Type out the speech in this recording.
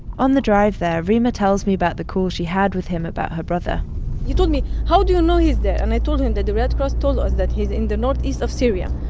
on the drive there, reema tells me about the call she had with him about her brother he told me, how do you know he's dead? and i told him that the red cross told us that he's in the northeast of syria.